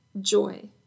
joy